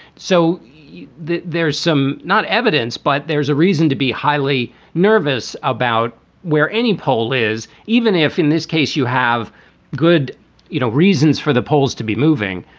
so there's some not evidence, but there's a reason to be highly nervous about where any poll is, even if in this case, you have good you know reasons for the polls to be moving,